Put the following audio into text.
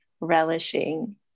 relishing